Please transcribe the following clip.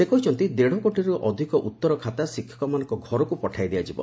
ସେ କହିଛନ୍ତି ଦେଢ଼କୋଟିରୁ ଅଧିକ ଉତ୍ତର ଖାତା ଶିକ୍ଷକମାନଙ୍କ ଘରକ୍ ପଠାଇ ଦିଆଯିବ